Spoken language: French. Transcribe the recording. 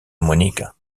monica